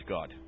God